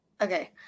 Okay